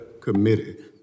committed